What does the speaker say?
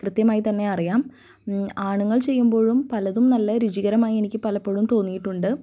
കൃത്യമായിത്തന്നെ അറിയാം ആണുങ്ങൾ ചെയ്യുമ്പോഴും പലതും നല്ല രുചികരമായി എനിക്ക് പലപ്പോഴും തോന്നിയിട്ടുണ്ട്